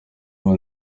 ubu